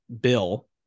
bill